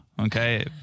okay